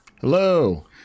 Hello